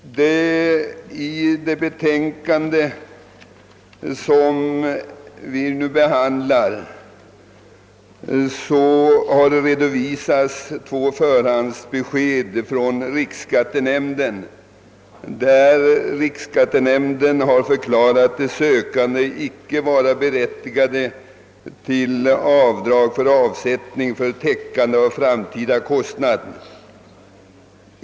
I bevillningsutskottets betänkande redovisas två förhandsbesked från riksskattenämnden, i vilka nämnden förklarat de sökande icke vara berättigade till avdrag för avsättning för täckande av framtida kostnader.